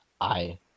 I-